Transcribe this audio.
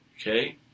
okay